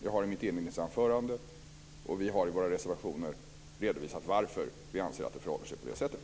Jag har i mitt inledningsanförande och vi har i våra reservationer redovisat varför vi anser att det förhåller sig på det sättet.